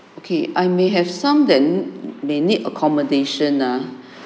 okay I may have some that need may need accommodation ah